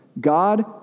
God